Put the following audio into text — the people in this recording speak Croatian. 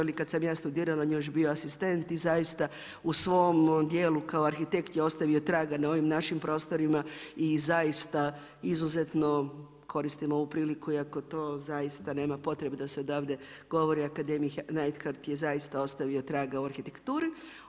Ili kad sam ja studirala on je još bio asistent i zaista u svom djelu kao arhitekt je ostavio traga na ovim našim prostorima i zaista izuzetno koristim ovu priliku iako to zaista nema potrebe da se odavde govori akademik Neidhardt je zaista ostavio traga u arhitekturi.